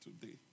today